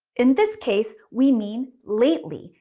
in this case, we mean lately.